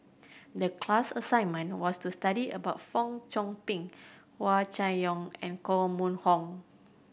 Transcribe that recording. the class assignment was to study about Fong Chong Pik Hua Chai Yong and Koh Mun Hong